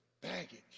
baggage